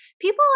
people